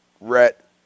Rhett